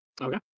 Okay